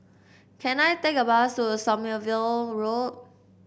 can I take a bus to Sommerville Road